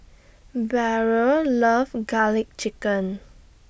Beryl loves Garlic Chicken